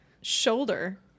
shoulder